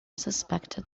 suspected